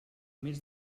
més